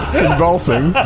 convulsing